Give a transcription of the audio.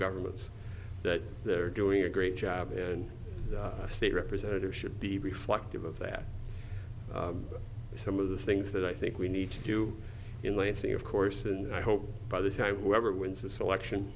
governments that they're doing a great job and a state representative should be reflective of that some of the things that i think we need to do in lansing of course and i hope by the time whoever wins this election